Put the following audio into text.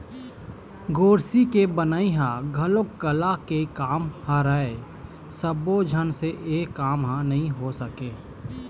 गोरसी के बनई ह घलोक कला के काम हरय सब्बो झन से ए काम ह नइ हो सके